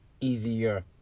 easier